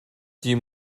die